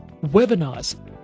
webinars